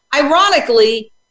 Ironically